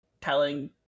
telling